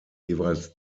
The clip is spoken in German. jeweils